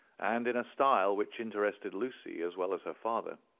and in a style which interested lucy as well as her father.